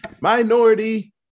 Minority